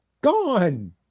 gone